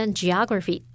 geography